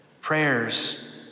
prayers